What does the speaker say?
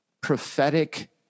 prophetic